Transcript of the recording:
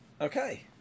Okay